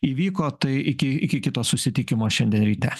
įvyko tai iki iki kito susitikimo šiandien ryte